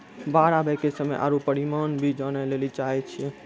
बाढ़ आवे के समय आरु परिमाण भी जाने लेली चाहेय छैय?